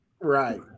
Right